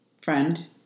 friend